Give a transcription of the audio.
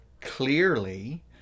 clearly